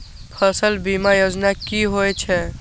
फसल बीमा योजना कि होए छै?